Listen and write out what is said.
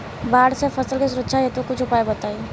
बाढ़ से फसल के सुरक्षा हेतु कुछ उपाय बताई?